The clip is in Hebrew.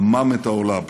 המם את העולם.